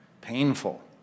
Painful